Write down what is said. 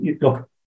look